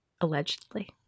Allegedly